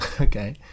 Okay